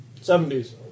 70s